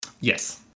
yes